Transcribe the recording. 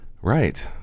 Right